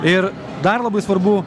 ir dar labai svarbu